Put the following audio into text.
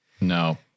No